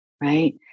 right